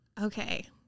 okay